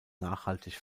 nachhaltig